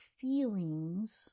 feelings